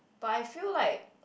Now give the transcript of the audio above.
but I feel like